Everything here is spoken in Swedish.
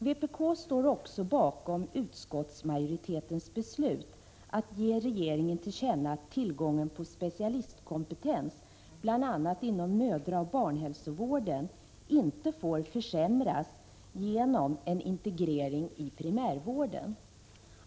Vpk står också bakom utskottsmajoritetens beslut att ge regeringen till känna att tillgången på specialistkompetens, bl.a. inom mödraoch barnhälsovården, inte får försämras genom en integrering i primärvården.